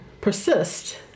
persist